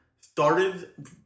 started